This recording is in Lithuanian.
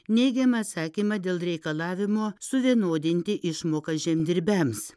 neigiamą atsakymą dėl reikalavimo suvienodinti išmokas žemdirbiams